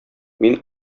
мин